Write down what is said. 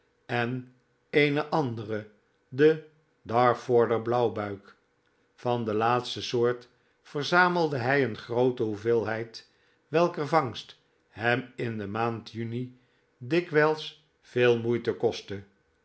en eene andere de dartforder blauwbuik van de laatste soort verzamelde hij een groote hoeveelheid welker vangst hem in de maand juni dikwijls veel moeite kostte